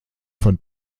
von